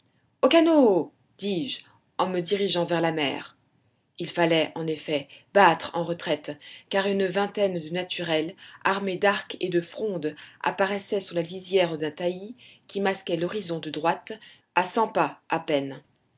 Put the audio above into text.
au canot dis-je en me dirigeant vers la mer il fallait en effet battre en retraite car une vingtaine de naturels armés d'arcs et de frondes apparaissaient sur la lisière d'un taillis qui masquait l'horizon de droite à cent pas à peine